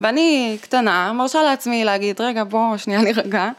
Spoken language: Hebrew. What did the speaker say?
ואני קטנה, מרשה לעצמי להגיד רגע בוא שנייה נרגע